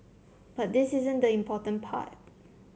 but this isn't the important part